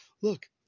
look